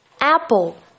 Apple